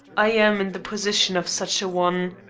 i am in the position of such a one.